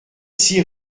six